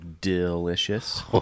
delicious